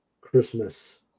Christmas